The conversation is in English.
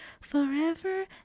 forever